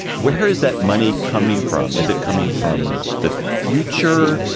where's that money coming from? is it coming from the future?